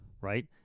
Right